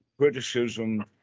criticism